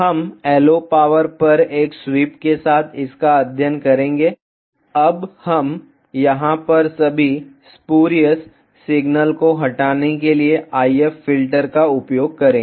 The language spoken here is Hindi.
हम LO पॉवर पर एक स्वीप के साथ इसका अध्ययन करेंगे अब हम यहां पर सभी स्पुरियस सिग्नल को हटाने के लिए IF फिल्टर का उपयोग करेंगे